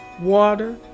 water